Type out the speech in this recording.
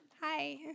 Hi